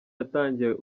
yatangiye